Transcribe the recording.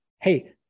hey